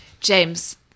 James